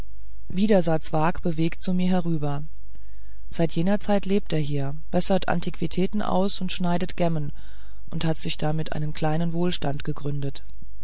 sah zwakh bewegt zu mir herüber seit jener zeit lebt er hier bessert antiquitäten aus und schneidet gemmen und hat sich damit einen kleinen wohlstand gegründet